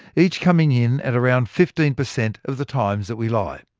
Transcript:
each coming in at around fifteen percent of the times that we lie.